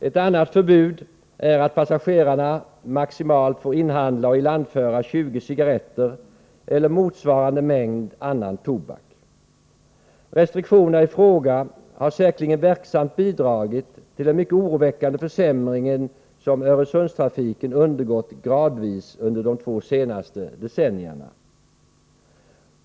Ett annat förbud innebär att passagerarna maximalt får inhandla och ilandföra 20 cigaretter eller motsvarande mängd annan tobak. Restriktionerna i fråga har säkerligen verksamt bidragit till den mycket oroväckande försämring som Öresundstrafiken gradvis undergått de två senaste decennierna.